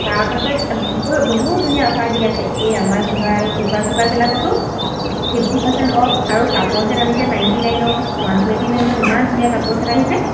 তাৰপাছত বহুত ধুনীয়া অ'ফাৰ দি আছে এই আমাৰ ঘৰত ধৰা এই কুকাৰ চুকাৰবিলাকতো ফিফটি পাৰ্চেণ্ট অফ আৰু কাপৰ ছেট আনিছে নাইণ্টি নাইনৰ ওৱান টুৱেণ্টি নাইনৰ ইমান ধুনীয়া কাপৰ ছেট আহিছে